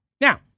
Now